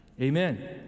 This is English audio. Amen